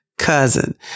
Cousin